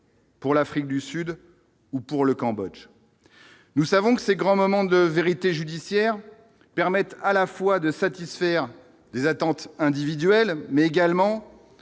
Pour l'Afrique du Sud, ou pour le Cambodge, nous savons que ces grands moments de vérité judiciaire permettent à la fois de satisfaire les attentes individuelles mais également